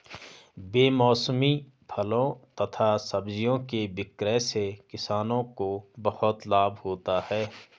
बेमौसमी फलों तथा सब्जियों के विक्रय से किसानों को बहुत लाभ होता है